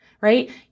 right